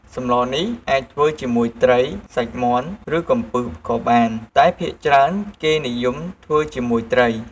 សម្លនេះអាចធ្វើជាមួយត្រី សាច់មាន់ ឬកំពឹសក៏បាន តែភាគច្រើនគេនិយមធ្វើជាមួយត្រី។